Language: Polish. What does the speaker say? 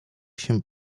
się